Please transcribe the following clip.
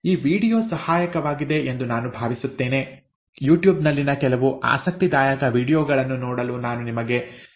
ಈ ವೀಡಿಯೋ ಸಹಾಯಕವಾಗಿದೆ ಎಂದು ನಾನು ಭಾವಿಸುತ್ತೇನೆ ಯೂಟ್ಯೂಬ್ ನಲ್ಲಿನ ಕೆಲವು ಆಸಕ್ತಿದಾಯಕ ವೀಡಿಯೋಗಳನ್ನು ನೋಡಲು ನಾನು ನಿಮಗೆ ಶಿಫಾರಸು ಮಾಡುತ್ತೇವೆ